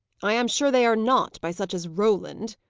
i am sure they are not, by such as roland,